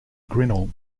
grinnell